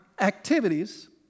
activities